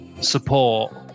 support